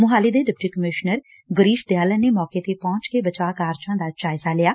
ਮੁਹਾਲੀ ਦੇ deputy commissioner Girish Dayalan ਨੇ ਮੌਕੇ ਤੇ ਪਹੁੰਚ ਕੇ ਬਚਾਅ ਕਾਰਜਾਂ ਦਾ ਜਾਇਜ਼ਾ ਲਿਆ